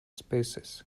species